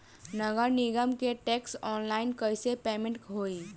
नगर निगम के टैक्स ऑनलाइन कईसे पेमेंट होई?